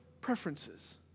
preferences